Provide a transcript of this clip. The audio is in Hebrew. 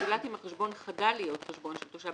זולת אם החשבון חדל להיות חשבון של תושב